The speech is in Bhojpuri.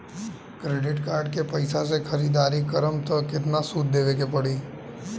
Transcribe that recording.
क्रेडिट कार्ड के पैसा से ख़रीदारी करम त केतना सूद देवे के पड़ी?